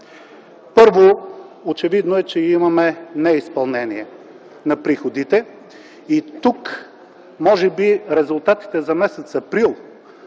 Първо, очевидно е, че имаме неизпълнение на приходите и тук може би резултатите за м. април